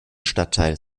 stadtteil